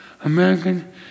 American